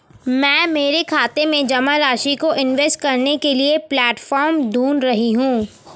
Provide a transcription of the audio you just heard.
मैं मेरे खाते में जमा राशि को इन्वेस्ट करने के लिए प्लेटफॉर्म ढूंढ रही हूँ